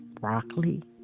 broccoli